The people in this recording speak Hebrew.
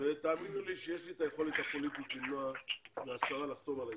תאמינו לי שיש לי את היכולת הפוליטית למנוע מהשרה לחתום על ההסכם,